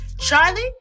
Charlie